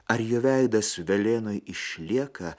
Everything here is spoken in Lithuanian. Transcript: ar jo veidas velėnoj išlieka